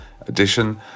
edition